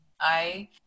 I-